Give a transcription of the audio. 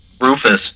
Rufus